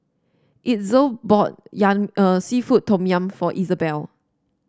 Itzel bought yum seafood Tom Yum for Izabelle